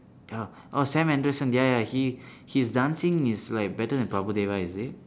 ya oh sam anderson ya ya he his dancing is like better than prabhu deva is it